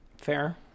Fair